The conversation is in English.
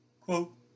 Quote